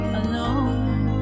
alone